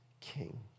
king